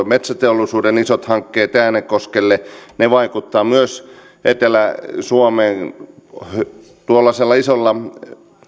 metsäteollisuuden isot hankkeet äänekoskella ne vaikuttavat myös etelä suomeen tuollaisella isolla